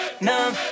numb